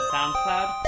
SoundCloud